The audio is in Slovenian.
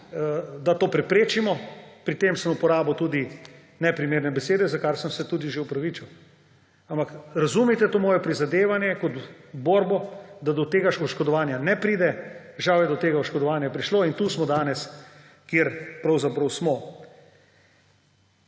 da to preprečimo. Pri tem sem uporabil tudi neprimerne besede, za kar sem se tudi že opravičil. Ampak razumite to moje prizadevanje kot borbo, da do tega oškodovanja ne pride. Žal je do tega oškodovanja prišlo in smo danes tu, kjer pravzaprav smo.